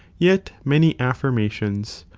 yet many aflirniations,